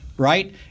Right